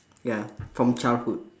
ya from childhood